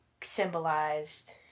symbolized